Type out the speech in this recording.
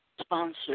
sponsor